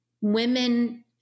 women